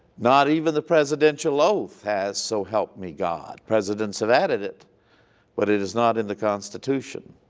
not even the presidential oath has so help me god. presidents have added it but it is not in the constitution.